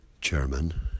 chairman